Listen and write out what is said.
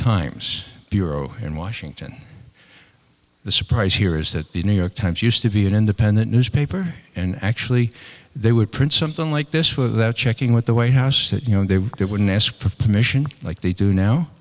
times bureau in washington the surprise here is that the new york times used to be an independent newspaper and actually they would print something like this without checking with the white house that you know they would they wouldn't ask for permission like they do now